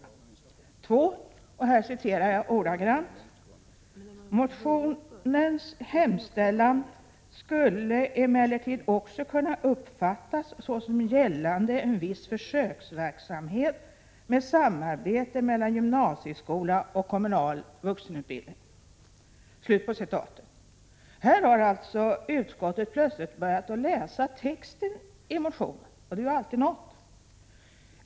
För det andra, och här citerar jag ordagrant: ”Motionärernas hemställan skulle emellertid också kunna uppfattas såsom gällande en viss försöksverksamhet med samarbete mellan gymnasieskola och kommunal vuxenutbildning.” Här har alltså utskottet plötsligt börjat läsa texten i motionen, alltid något.